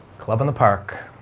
club in the park